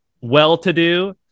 well-to-do